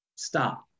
Stop